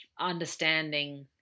understanding